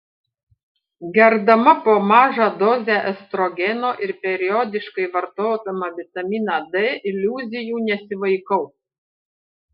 gerdama po mažą dozę estrogeno ir periodiškai vartodama vitaminą d iliuzijų nesivaikau